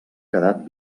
quedat